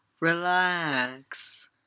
relax